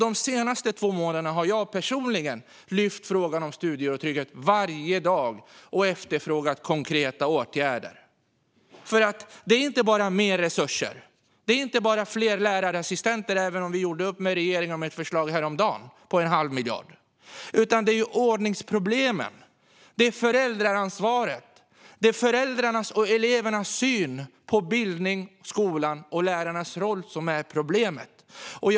De senaste två månaderna har jag personligen lyft upp frågan om studiero och trygghet varje dag och efterfrågat konkreta åtgärder. Det handlar inte bara om mer resurser och fler lärarassistenter - även om vi häromdagen gjorde upp med regeringen om ett förslag på en halv miljard. Det handlar också om ordningsproblemen och föräldraansvaret. Det är föräldrarnas och elevernas syn på bildning, skolan och lärarnas roll som är problemet. Herr talman!